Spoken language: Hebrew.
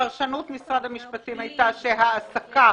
פרשנות משרד המשפטים היתה שהעסקה